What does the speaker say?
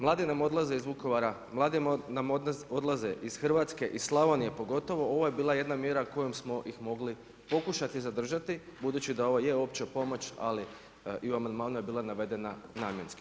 Mladi nam odlaze iz Vukovara, mladi nam odlaze iz Hrvatske, iz Slavonije pogotovo, ovo je bila jedna mjera kojom smo ih mogli pokušati zadržati budući da ovo je opća pomoć ali i u amandmanu je bila navedena namjenski.